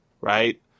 right